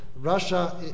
Russia